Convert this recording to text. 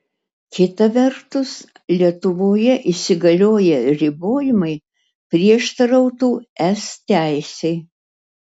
kita vertus lietuvoje įsigalioję ribojimai prieštarautų es teisei